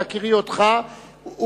בהכירי אותך,